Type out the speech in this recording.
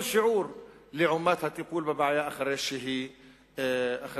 שיעור לעומת הטיפול בבעיה אחרי שהיא מתרחשת.